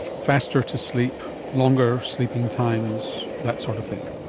faster to sleep, longer sleeping times, that sort of thing?